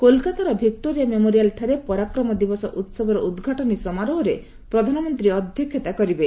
କୋଲକାତାର Victoria Memorial ଠାରେ ପରାକ୍ରମ ଦିବସ ଉହବର ଉଦ୍ଘାଟନୀ ସମାରୋହରେ ପ୍ରଧାନମନ୍ତ୍ରୀ ଅଧ୍ୟକ୍ଷତା କରିବେ